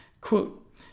quote